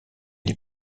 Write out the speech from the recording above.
les